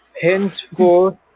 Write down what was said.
Henceforth